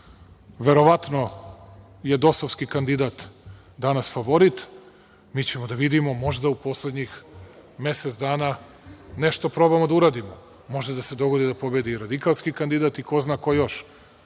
sistema. Verovatno je dosovski kandidat danas favorit. Mi ćemo da vidimo možda u poslednjih mesec dana nešto probamo da uradimo. Možda se dogodi da pobedi i radikalski kandidat i ko zna ko još,